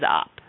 up